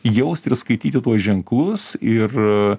jausti ir skaityti tuos ženklus ir